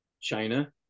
China